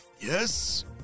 Yes